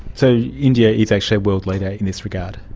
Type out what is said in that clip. so india is actually a world leader in this regard?